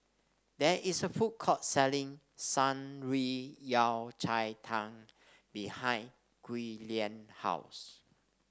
there is a food court selling Shan Rui Yao Cai Tang behind Giuliana house